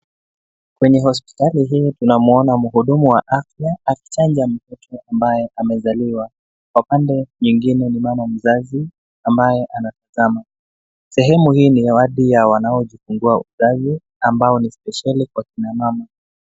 Kwenye hospitali hii tunamuona mhudumu wa afya akichanja mtoto ambaye amezaliwa. Kwa upande mwingine ni mama mzazi ambaye anatazama. Sehemu hii ni ya wadi ya wanaojifungua uzazi ambao ni spesheli kwa kina mama.